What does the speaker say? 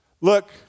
look